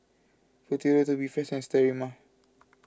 Futuro Tubifast and Sterimar